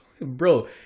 bro